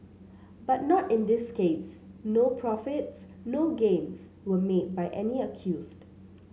but not in this case no profits no gains was made by any accused